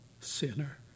sinner